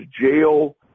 jail